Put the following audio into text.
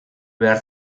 behar